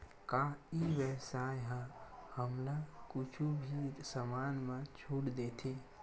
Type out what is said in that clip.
का ई व्यवसाय ह हमला कुछु भी समान मा छुट देथे?